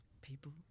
people